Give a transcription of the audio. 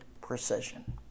precision